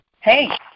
Hey